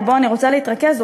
ובו אני רוצה להתרכז,